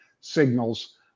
signals